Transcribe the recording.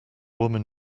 woman